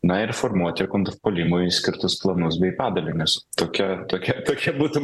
na ir formuotė kontrpuolimui skirtus planus bei padalinius tokia tokie tokie būtų